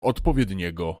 odpowiedniego